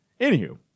anywho